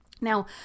Now